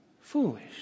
Foolish